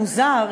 מוזר,